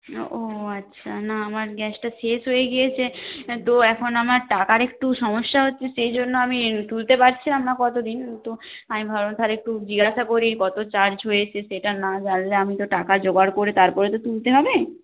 ও আচ্ছা না আমার গ্যাসটা শেষ হয়ে গিয়েছে তো এখন আমার টাকার একটু সমস্যা হচ্ছে সেই জন্য আমি তুলতে পারছিলাম না কত দিন তো আমি ভাবলাম তাহলে একটু জিজ্ঞাসা করি কত চার্জ হয়েছে সেটা না জানলে আমি তো টাকা জোগাড় করে তারপরে তো তুলতে হবে